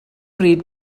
bryd